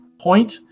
point